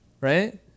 right